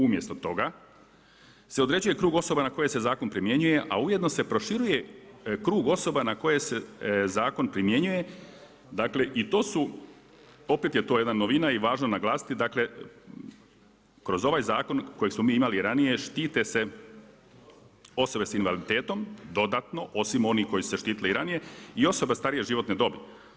Umjesto toga, se određuje krug osoba na koje se zakon primjenjuje a ujedino se proširuje krug osoba na koje se zakon primjenjuje, dakle i to su, opet je to jedna novina i opet je to važno naglasiti, kroz ovaj zakon kojeg smo mi imali ranije, štite se osobe s invaliditetom, dodatno osim onih koji su se štitile i ranije i osobe starije životne dobi.